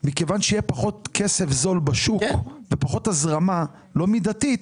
מכיוון שיהיה פחות כסף זול בשוק ופחות הזרמה לא מידתית,